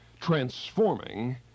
transforming